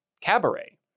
Cabaret